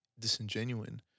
disingenuine